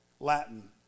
Latin